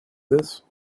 this